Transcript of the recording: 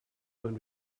when